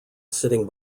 sitting